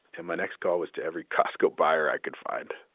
and my next call was to every costco buyer i could find.